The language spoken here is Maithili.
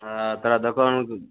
आ तोरा दोकान खोजै छियऽ